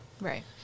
Right